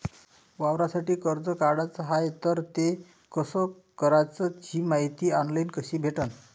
वावरासाठी कर्ज काढाचं हाय तर ते कस कराच ही मायती ऑनलाईन कसी भेटन?